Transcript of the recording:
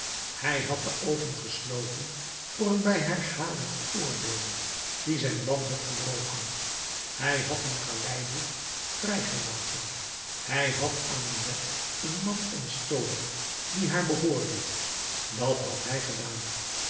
hij had de oogen gesloten voor een bij herhaling veroordeelde die zijn ban had gebroken hij had een galeiboef vrijgelaten hij had aan de wet een man ontstolen die haar behoorde dat had hij gedaan